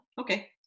okay